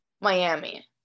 Miami